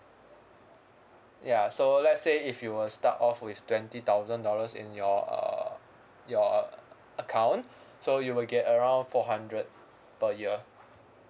ya so let's say if you were start off with twenty thousand dollars in your uh your uh account so you will get around four hundred per year